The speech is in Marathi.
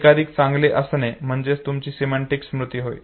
अधिकाधिक चांगले असणे म्हणजे तुमची सिमेंटिक स्मृती होय